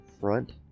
front